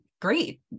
great